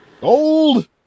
gold